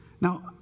Now